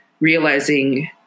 realizing